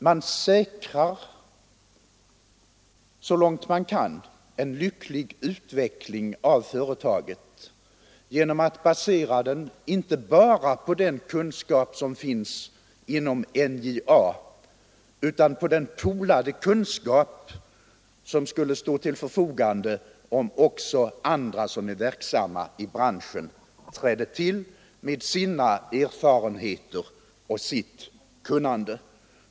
Man säkrar så långt man kan en lycklig utveckling av företaget genom att basera det inte bara på den kunskap som finns inom NJA utan på den poolade kunskap som skulle stå till förfogande om också andra som är verksamma i branschen trädde till med sina erfarenheter och sitt kunnande.